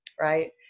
Right